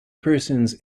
persons